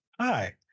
Hi